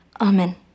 Amen